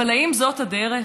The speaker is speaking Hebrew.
אבל האם זאת הדרך?